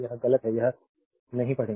यह गलत है यह नहीं पढ़ें